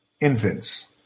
infants